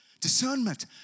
Discernment